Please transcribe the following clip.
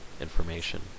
information